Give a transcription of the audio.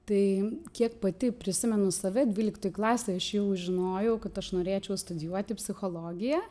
tai kiek pati prisimenu save dvyliktoj klasėj aš jau žinojau kad aš norėčiau studijuoti psichologiją